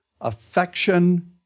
affection